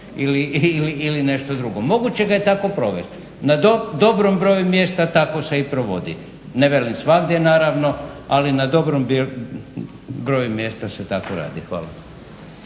ili nešto drugo? Moguće ga je tako provesti. Na dobrom broju mjesta tako se i provodi. Ne velim svagdje naravno, ali na dobrom broju mjesta se tako radi. Hvala.